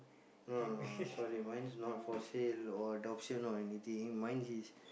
no no no sorry mine's not for sale or adoption or any thing mine is